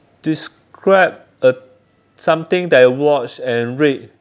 describe a something that you watch and rate